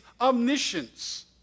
omniscience